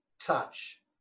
touch